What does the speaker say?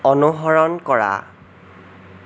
অনুসৰণ কৰা